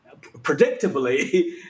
predictably